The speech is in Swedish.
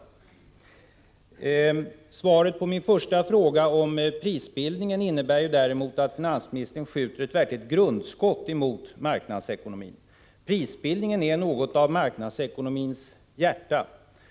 Svaret på min första fråga, om prisbildningen, innebär däremot att finansministern skjuter ett verkligt grundskott mot marknadsekonomin. Prisbildningen är något av marknadsekonomins hjärta. Om man tror att det — Prot.